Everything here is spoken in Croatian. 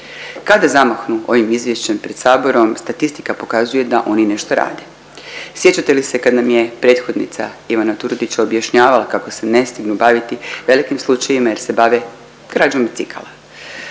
Kada zamahnu ovim izvješćem pred saborom statistika pokazuje da oni nešto rade. Sjećate li se kad nam je prethodnica Ivana Turudića objašnjavala kako se ne stignu baviti velikim slučajevima jer se bave krađom bicikala?